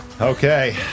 Okay